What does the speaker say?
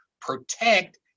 protect